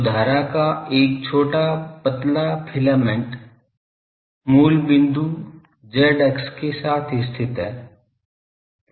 तो धारा का एक छोटा पतला फिलामेंट मूल बिंदु z अक्ष के साथ स्थित है